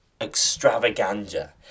Extravaganza